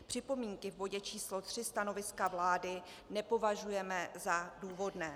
Připomínky v bodě číslo 3 stanoviska vlády nepovažujeme za důvodné.